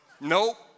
Nope